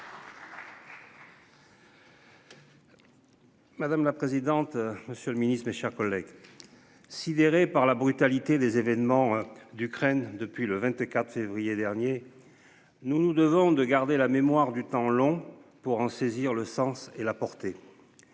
Madame la présidente. Monsieur le Ministre, mes chers collègues. Sidéré par la brutalité des événements d'Ukraine depuis le 24 février dernier. Nous nous devons de garder la mémoire du temps long. Pour en saisir le sens et la portée.